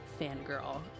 fangirl